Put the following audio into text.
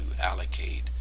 allocate